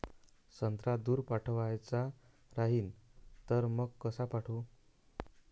संत्रा दूर पाठवायचा राहिन तर मंग कस पाठवू?